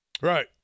Right